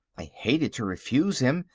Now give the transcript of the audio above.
i hated to refuse him,